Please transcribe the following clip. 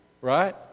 Right